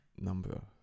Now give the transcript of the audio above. number